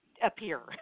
appear